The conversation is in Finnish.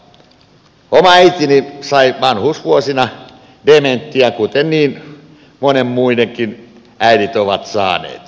oma äitini sai vanhuusvuosina dementian kuten niin monien muidenkin äidit ovat saaneet